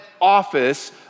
office